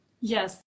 yes